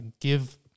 give